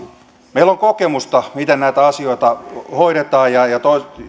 meillä on kokemusta miten näitä asioita hoidetaan ja ja